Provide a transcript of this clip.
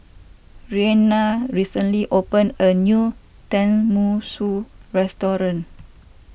Reina recently opened a new Tenmusu Restaurant